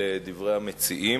לדברי המציעים,